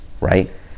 right